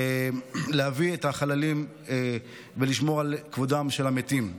בלהביא את החללים ולשמור על כבודם של המתים.